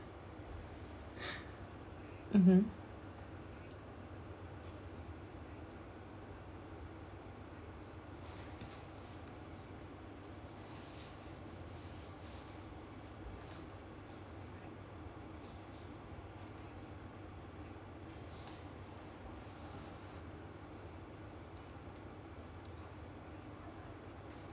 mmhmm